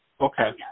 Okay